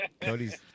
Cody's